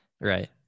Right